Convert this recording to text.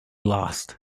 lost